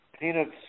Peanuts